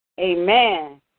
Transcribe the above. Amen